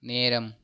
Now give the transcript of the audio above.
நேரம்